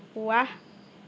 ৱাহ